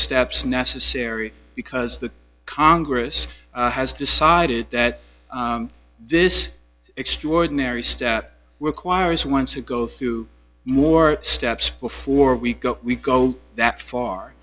steps necessary because the congress has decided that this extraordinary step requires one to go through more steps before we go we go that far